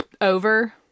over